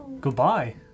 Goodbye